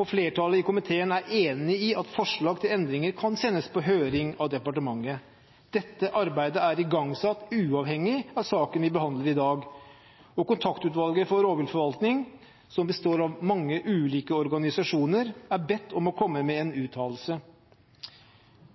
og flertallet i komiteen er enig i at forslag til endringer kan sendes på høring av departementet. Dette arbeidet er igangsatt, uavhengig av saken vi behandler i dag, og Kontaktutvalget for rovviltforvaltning, som består av mange ulike organisasjoner, er bedt om å komme med en uttalelse.